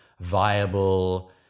viable